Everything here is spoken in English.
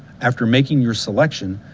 after making your selection,